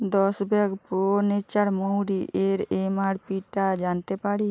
দশ bag pro nature মৌরি এর এমআরপিটা জানতে পারি